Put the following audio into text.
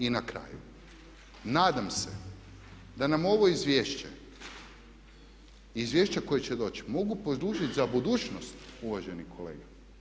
I na kraju, nadam se da nam ovo izvješće i izvješća koja će doći mogu poslužiti za budućnost uvaženi kolega.